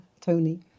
Tony